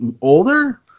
older